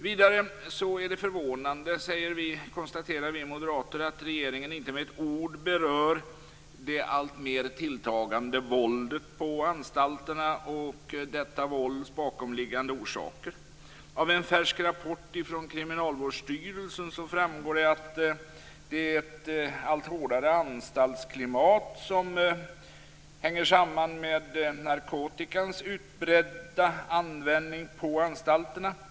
Vidare konstaterar vi moderater att regeringen inte med ett ord berör det alltmer tilltagande våldet på anstalterna och detta vålds bakomliggande orsaker, vilket är förvånande. Av en färsk rapport från Kriminalvårdsstyrelsen framgår det allt hårdare anstaltsklimat som hänger samman med narkotikans utbredda användning på anstalterna.